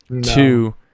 Two